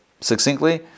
succinctly